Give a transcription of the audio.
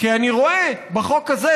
כי אני רואה בחוק הזה,